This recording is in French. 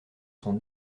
son